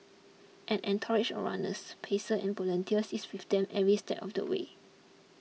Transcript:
an entourage of runners pacers and volunteers is with them every step of the way